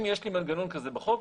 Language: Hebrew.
אם יש לי מנגנון כזה בחוק.